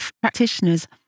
practitioners